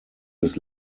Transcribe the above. des